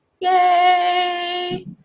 Yay